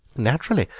naturally,